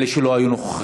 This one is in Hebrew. של אלה שלא היו נוכחים.